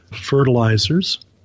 fertilizers